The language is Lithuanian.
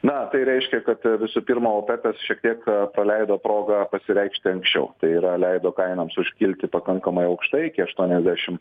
na tai reiškia kad visų pirma opekas šiek tiek praleido progą pasireikšti anksčiau tai yra leido kainoms užkilti pakankamai aukštai iki aštuoniasdešim